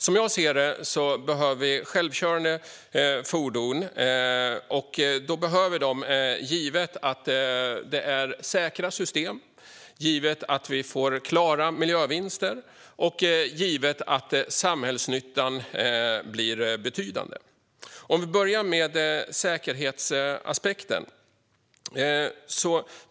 Som jag ser det behöver vi självkörande fordon, givet att det är säkra system, givet att vi får klara miljövinster och givet att samhällsnyttan blir betydande. Vi kan börja med säkerhetsaspekten.